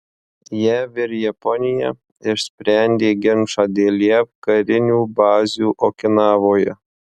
jav ir japonija išsprendė ginčą dėl jav karinių bazių okinavoje